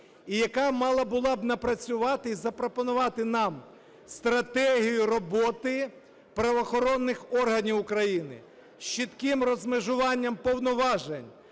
і яка мала була б напрацювати і запропонувати нам стратегію роботи правоохоронних органів України з чітким розмежуванням повноважень: